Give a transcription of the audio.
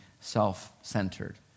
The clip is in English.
self-centered